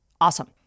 Awesome